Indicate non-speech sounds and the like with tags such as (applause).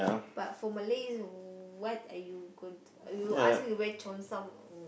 but for Malays what are you going to you ask me to wear Cheongsam (noise)